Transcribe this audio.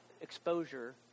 exposure